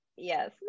Yes